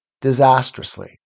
disastrously